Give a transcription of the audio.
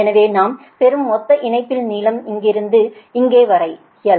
எனவே நாம் பெறும் மொத்தக் இணைப்பின் நீளம் இங்கிருந்து இங்கே வரை l